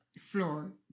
floor